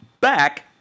back